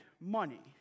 money